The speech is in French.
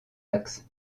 axes